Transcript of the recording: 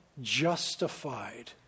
justified